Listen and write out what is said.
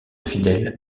fidèle